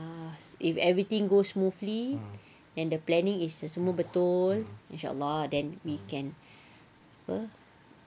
ah if everything goes smoothly and the planning is semua betul inshallah then we can apa